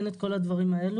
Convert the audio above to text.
אין את כל הדברים האלה.